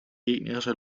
gegnerische